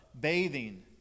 bathing